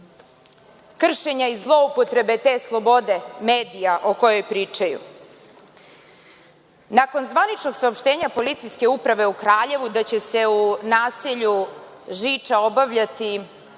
kršenja i zloupotrebe te slobode medija o kojoj pričaju. Nakon zvaničnog saopštenja policijske uprave u Kraljevu da će se u naselju Žiča obavljati